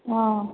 ହଁ